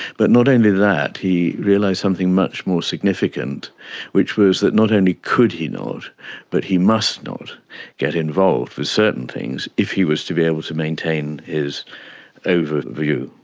but not only that, he realised something much more significant which was that not only could he not but he must not get involved with certain things if he was to be able to maintain his overview.